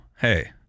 hey